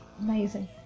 Amazing